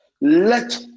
let